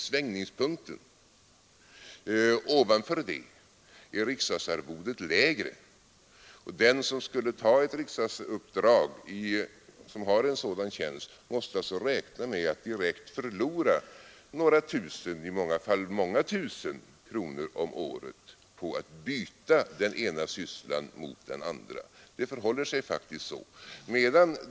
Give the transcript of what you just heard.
Däröver är riksdagsarvodet lägre. Den som har sådan tjänst och vill ta ett riksdagsuppdrag måste alltså räkna med att direkt förlora några tusen — i många fall flera tusen — kronor om året på att byta den ena sysslan mot den andra. Det förhåller sig faktiskt så.